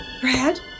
Brad